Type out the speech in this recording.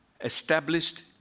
established